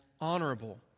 honorable